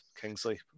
Kingsley